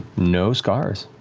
no scars.